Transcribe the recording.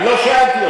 אני לא שאלתי אותך.